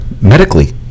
medically